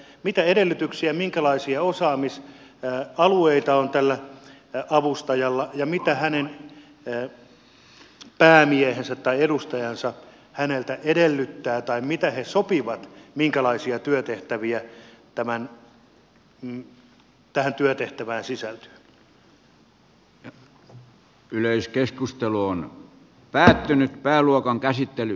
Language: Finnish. mitä edellytyksiä minkälaisia osaamisalueita on tällä avustajalla ja mitä hänen päämiehensä tai edustajansa häneltä edellyttää tai mitä he sopivat minkälaisia työtehtäviä tähän työtehtävään sisältyy